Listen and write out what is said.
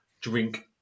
drink